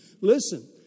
Listen